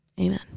Amen